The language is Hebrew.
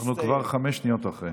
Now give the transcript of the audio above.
אנחנו כבר חמש שניות אחרי.